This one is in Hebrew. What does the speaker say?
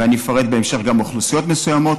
ואני אפרט בהמשך לגבי אוכלוסיות מסוימות,